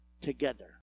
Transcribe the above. together